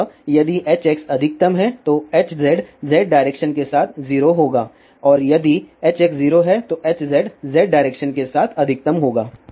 अतः यदि Hx अधिकतम है तो Hz Z डायरेक्शन के साथ 0 होगा और यदि Hx 0 है तो Hz Z डायरेक्शन के साथ अधिकतम होगा